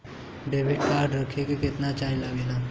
Debit card रखे के केतना चार्ज लगेला?